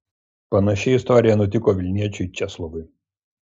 panaši istorija nutiko vilniečiui česlovui